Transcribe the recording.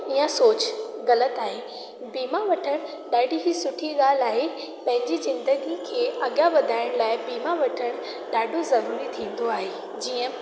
या सोच ग़लति आहे बीमा वठण ॾाढी ही सुठी ॻाल्हि आहे पंहिंजी ज़िंदगीअ खे अगियां वधाइण लाइ बीमा वठणु ॾाढो ज़रूरी थींदो आहे जीअं